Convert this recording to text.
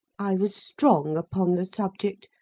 i was strong upon the subject,